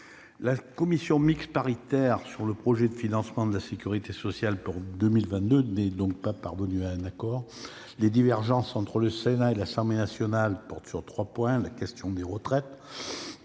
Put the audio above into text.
la commission mixte paritaire réunie sur le projet de loi de financement de la sécurité sociale pour 2022 n'est pas parvenue à un accord. Les divergences entre le Sénat et l'Assemblée nationale portent essentiellement sur trois points : la question des retraites,